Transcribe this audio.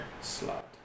Slot